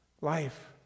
life